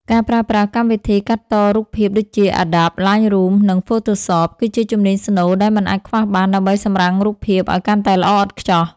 ការប្រើប្រាស់កម្មវិធីកាត់តរូបភាពដូចជា Adobe Lightroom និង Photoshop គឺជាជំនាញស្នូលដែលមិនអាចខ្វះបានដើម្បីសម្រាំងរូបភាពឱ្យកាន់តែល្អឥតខ្ចោះ។